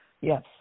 Yes